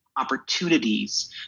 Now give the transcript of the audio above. opportunities